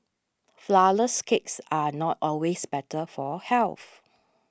Flourless Cakes are not always better for health